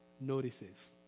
notices